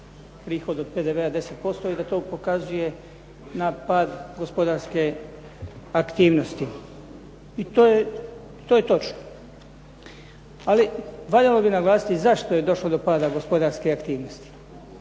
prihod od PDV-a 10% i da to pokazuje na pad gospodarske aktivnosti. I to je točno. Ali valjalo bi naglasiti zašto je došlo do pada gospodarske aktivnosti.